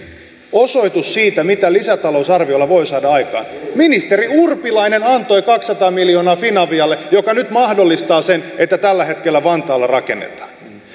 osoitus siitä mitä lisätalousarviolla voi saada aikaan ministeri urpilainen antoi kaksisataa miljoonaa finavialle mikä nyt mahdollistaa sen että tällä hetkellä vantaalla rakennetaan